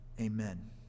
Amen